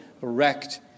wrecked